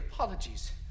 Apologies